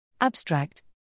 Abstract